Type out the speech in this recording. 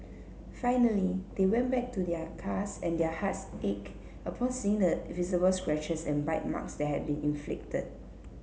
finally they went back to their cars and their hearts ached upon seeing the visible scratches and bite marks that had been inflicted